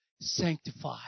sanctify